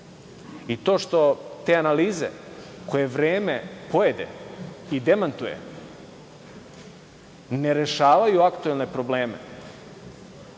i to što, te analize koje vreme pojede i demantuje ne rešavaju aktuelne probleme,